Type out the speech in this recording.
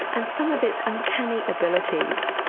and some of its uncanny abilities.